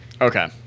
okay